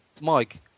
Mike